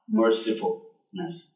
mercifulness